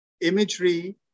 imagery